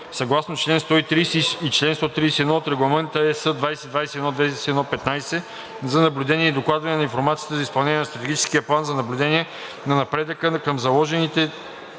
съгласно чл. 130 и чл. 131 от Регламент (ЕС) 2021/2115, за наблюдение и докладване на информация за изпълнението на Стратегическия план, за наблюдение на напредъка към заложените